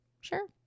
Sure